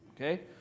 okay